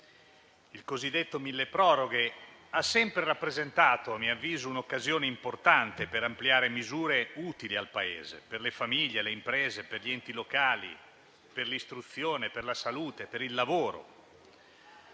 cosiddetto milleproroghe, ha sempre rappresentato, a mio avviso, un'occasione importante per ampliare misure utili al Paese: per le famiglie, le imprese, gli enti locali, l'istruzione, la salute, il lavoro.